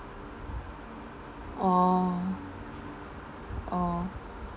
orh orh